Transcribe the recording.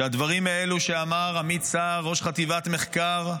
שהדברים האלו שאמר עמית סער, ראש חטיבת המחקר,